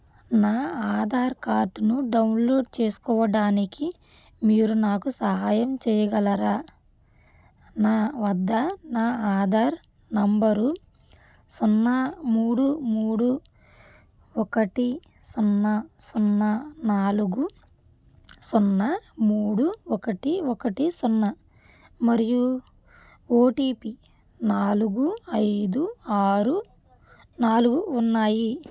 నా ఆధార్కార్డును డౌన్లోడ్ చేసుకోవడానికి మీరు నాకు సహాయం చేయగలరా నా వద్ద నా ఆధార్ నంబరు సున్నా మూడు మూడు ఒకటి సున్నా సున్నా నాలుగు సున్నా మూడు ఒకటి ఒకటి సున్నా మరియు ఓ టి పి నాలుగు ఐదు ఆరు నాలుగు ఉన్నాయి